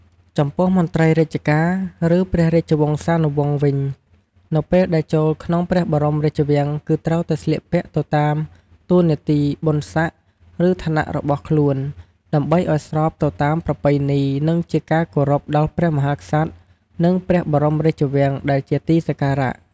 ចំពោះមន្រ្តីរាជការ ឬព្រះរាជវង្សានុវង្សវិញ នៅពេលដែលចូលក្នុងព្រះបរមរាជវាំងគឺត្រូវតែ ស្លៀកពាក់ទៅតាមតួនាទីបុណ្យស័ក្ដិ ឬឋានៈរបស់ខ្លួន ដើម្បីឲ្យស្របទៅតាមប្រពៃណីនិងជាការគោរពដល់ព្រះមហាក្សត្រនិងព្រះបរមរាជវាំងដែលជាទីសក្ការៈ។